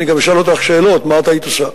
אני גם אשאל אותך שאלות מה את היית עושה,